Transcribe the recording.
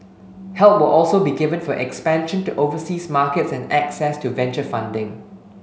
help will also be given for expansion to overseas markets and access to venture funding